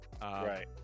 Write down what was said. right